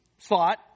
thought